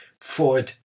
Ford